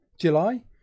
July